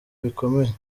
bikomeye